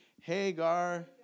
Hagar